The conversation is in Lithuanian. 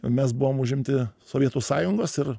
mes buvom užimti sovietų sąjungos ir